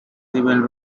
seven